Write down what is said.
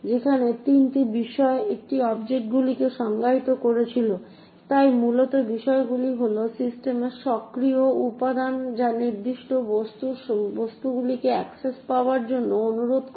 যেখানে তিনি বিষয় এবং অবজেক্টগুলিকে সংজ্ঞায়িত করেছিলেন তাই মূলত বিষয়গুলি হল সিস্টেমের সক্রিয় উপাদান যা নির্দিষ্ট বস্তু বস্তুগুলিতে অ্যাক্সেস পাওয়ার জন্য অনুরোধ করে